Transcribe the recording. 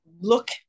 look